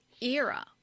era